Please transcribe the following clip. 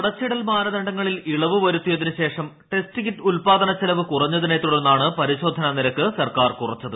അടച്ചിടൽ മാനദണ്ഡങ്ങളിൽ ഇളവ് വരുത്തിയതിനു ശേഷം ടെസ്റ്റ് കിറ്റ് ഉല്പാദന ചെലവ് കുറഞ്ഞതിനെ തുടർന്നാണ് പരിശോധനാ നിരക്ക് സർക്കാർ കുറച്ചത്